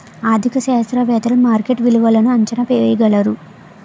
ఆర్థిక శాస్త్రవేత్తలు మార్కెట్ విలువలను అంచనా వేయగలరు